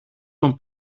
τον